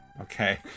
Okay